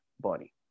body